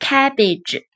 Cabbage